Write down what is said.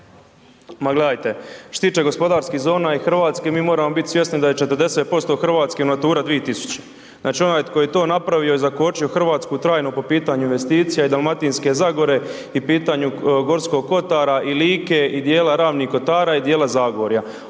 Ma gledajte, što se tiče gospodarskih zona i Hrvatske mi moramo biti svjesni da je 40% Hrvatske Natura 2000, znači onaj tko je to napravio i zakočio Hrvatsku trajno po pitanju investicija i Dalmatinske zagore i pitanju Gorskog kotara i Like i dijela Ravnih kotara i dijela Zagorja,